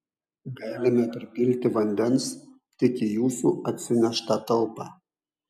galime pripilti vandens tik į jūsų atsineštą talpą